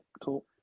Cool